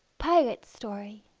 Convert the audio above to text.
pirate story